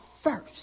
first